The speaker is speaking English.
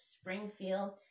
Springfield